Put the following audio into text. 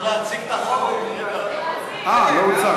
צריך להציג את החוק אה, לא הוצג.